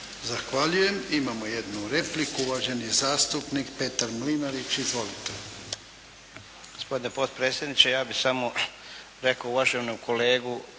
Zahvaljujem. Odgovor na repliku, uvaženi zastupnik Gordan Maras. Izvolite.